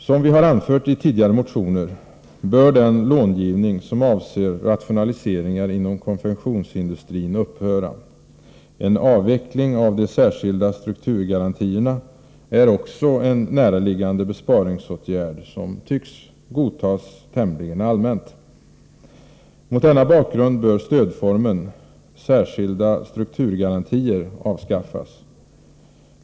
Som vi har anfört i tidigare motioner bör den långivning som avser rationaliseringar inom konfektionsindustrin upphöra. En avveckling av de särskilda strukturgarantierna är också en näraliggande besparingsåtgärd som tycks godtas tämligen allmänt. Mot denna bakgrund bör stödformen ”särskilda strukturgarantier” avskaffas.